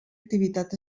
activitat